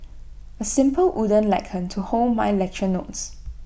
A simple wooden lectern to hold my lecture notes